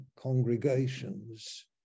congregations